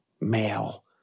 male